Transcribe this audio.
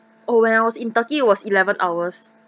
oh when I was in turkey it was eleven hours